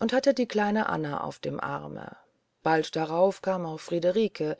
und hatte die kleine anna auf dem arme bald darauf kam auch friederike